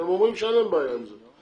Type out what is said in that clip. הם אומרים שאין להם בעיה עם זה.